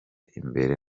imbere